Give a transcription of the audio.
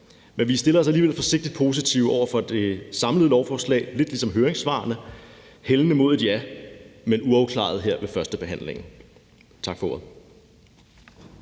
men vi stiller os alligevel forsigtigt positive over for det samlede lovforslag, lidt ligesom med høringssvarene, hældende mod et ja. Men vi er uafklarede her ved førstebehandlingen. Tak for ordet.